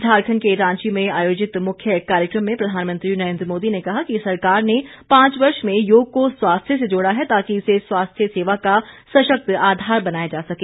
झारखंड के रांची में आयोजित मुख्य कार्यक्रम में प्रधानमंत्री नरेन्द्र मोदी ने कहा कि सरकार ने पांच वर्ष में योग को स्वास्थ्य से जोड़ा है ताकि इसे स्वास्थ्य सेवा का सशक्त आधार बनाया जा सके